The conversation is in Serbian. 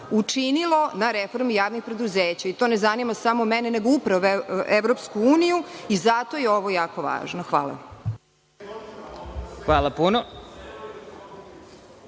učinilo na reformi javnih preduzeća. To ne zanima samo mene, nego upravo i EU i zato je ovo jako važno. Hvala. **Vladimir